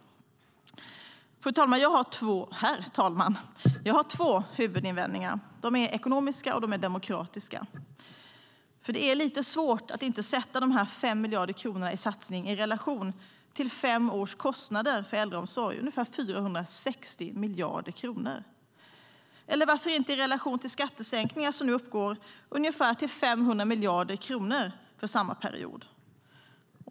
Herr talman! Jag har två huvudinvändningar. De är ekonomiska och demokratiska. Det är nämligen lite svårt att inte sätta dessa 5 miljarder kronor i satsning i relation till fem års kostnader för äldreomsorg - ungefär 460 miljarder kronor - eller varför inte i relation till skattesänkningarna som nu uppgår till ungefär 500 miljarder kronor för samma period.